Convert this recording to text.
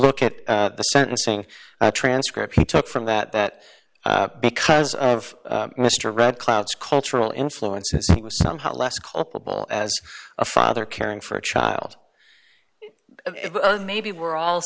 look at the sentencing transcript he took from that that because of mr red cloud's cultural influences he was somehow less culpable as a father caring for a child maybe we're all